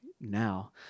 now